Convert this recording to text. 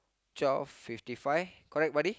twelve fifty five correct buddy